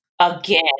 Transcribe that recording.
again